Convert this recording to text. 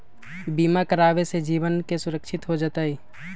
बीमा करावे से जीवन के सुरक्षित हो जतई?